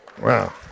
Wow